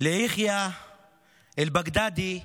ליחיא אל-בגדאדי סנוואר.